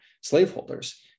slaveholders